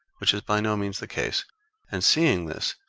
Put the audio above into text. which is by no means the case and seeing this,